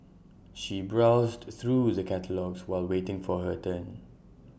she browsed through the catalogues while waiting for her turn